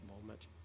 moment